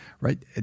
right